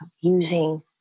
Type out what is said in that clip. using